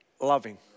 loving